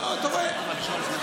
זאת הבעיה.